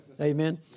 Amen